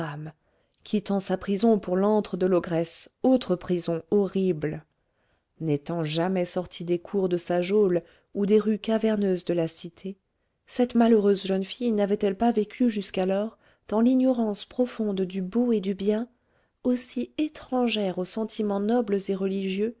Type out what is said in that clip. quittant sa prison pour l'antre de l'ogresse autre prison horrible n'étant jamais sortie des cours de sa geôle ou des rues caverneuses de la cité cette malheureuse jeune fille n'avait-elle pas vécu jusqu'alors dans l'ignorance profonde du beau et du bien aussi étrangère aux sentiments nobles et religieux